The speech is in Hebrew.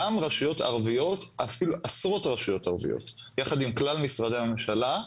גם עשרות רשויות ערביות יחד עם כלל משרדי הממשלה.